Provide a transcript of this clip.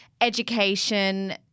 education